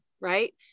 right